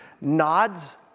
nods